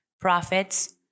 profits